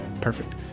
perfect